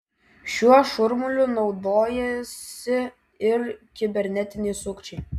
šiuo šurmuliu naudojasi ir kibernetiniai sukčiai